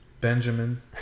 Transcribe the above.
Benjamin